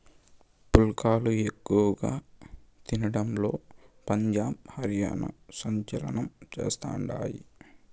పుల్కాలు ఎక్కువ తినడంలో పంజాబ్, హర్యానా సంచలనం చేస్తండాయి